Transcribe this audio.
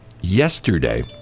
yesterday